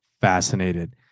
fascinated